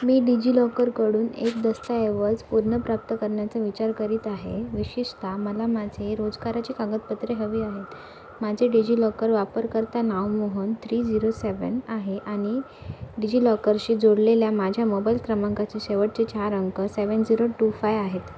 मी डिजि लॉकरकडून एक दस्तऐवज पुनर्प्राप्त करण्याचा विचार करीत आहे विशेषतः मला माझे रोजगाराची कागदपत्रे हवी आहेत माझे डिजि लॉकर वापरकर्ता नाव मोहन थ्री झिरो सेवेन आहे आणि डिजि लॉकरशी जोडलेल्या माझ्या मोबाईल क्रमांकाचे शेवटचे चार अंक सेवेन झिरो टू फाय आहेत